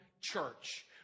church